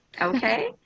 okay